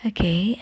Okay